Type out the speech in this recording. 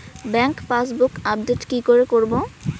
Bank passbook update কি করে করবো?